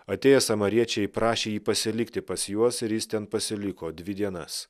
atėję samariečiai prašė jį pasilikti pas juos ir jis ten pasiliko dvi dienas